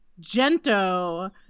Gento